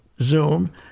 Zoom –